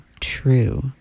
true